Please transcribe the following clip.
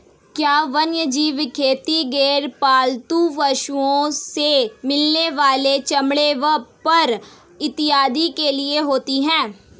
क्या वन्यजीव खेती गैर पालतू पशुओं से मिलने वाले चमड़े व फर इत्यादि के लिए होती हैं?